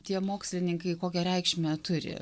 tie mokslininkai kokią reikšmę turi